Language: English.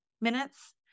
minutes